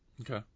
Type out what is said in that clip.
Okay